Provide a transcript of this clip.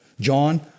John